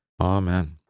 Amen